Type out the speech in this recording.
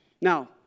Now